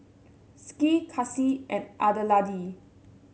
Skye Kasie and Adelaide